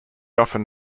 often